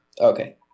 Okay